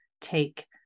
take